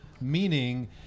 meaning